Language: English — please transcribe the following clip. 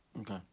Okay